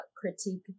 critique